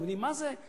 אתם יודעים מה זה?